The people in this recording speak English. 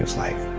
like,